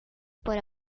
por